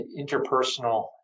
interpersonal